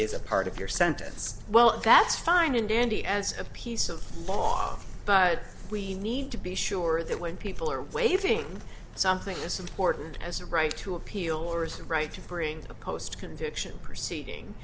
is a part of your sentence well that's fine and dandy as a piece of cloth but we need to be sure that when people are waving something as important as a right to appeal or is a right to bring a post conviction proceeding